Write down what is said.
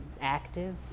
active